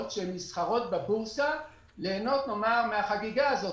שנסחרות בבורסה ליהנות מהחגיגה הזאת,